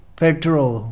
petrol